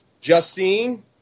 Justine